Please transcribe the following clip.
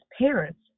parents